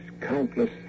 countless